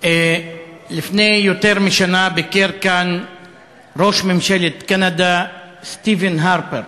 לפני יותר משנה ביקר כאן ראש ממשלת קנדה סטיבן הרפר.